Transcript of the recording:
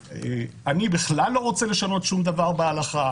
אני בכלל לא רוצה לשנות שום דבר בהלכה,